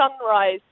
sunrise